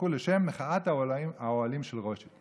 שזכתה לשם מחאת האוהלים של רוטשילד.